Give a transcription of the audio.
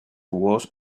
was